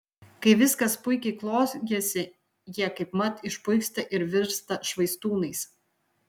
kai viskas puikiai klojasi jie kaipmat išpuiksta ir virsta švaistūnais